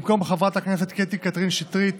במקום חברת הכנסת קטי קטרין שטרית